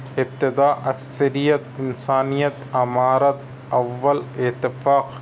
ابتداء اکثریت انسانیت امارت اوّل اتفاق